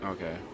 Okay